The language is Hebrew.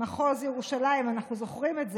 מחוז ירושלים, אנחנו זוכרים את זה.